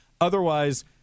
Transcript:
Otherwise